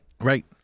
Right